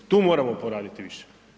Tu moramo poraditi više.